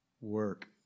work